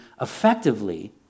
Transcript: effectively